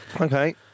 Okay